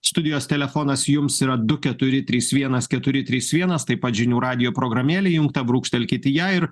studijos telefonas jums yra du keturi trys vienas keturi trys vienas taip pat žinių radijo programėlė įjungta brūkštelkit į ją ir